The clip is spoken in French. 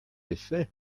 effet